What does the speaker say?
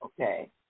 okay